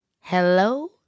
hello